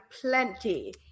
plenty